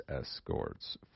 escorts